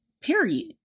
period